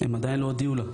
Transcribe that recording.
הם עדיין לא הודיעו לה.